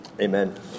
Amen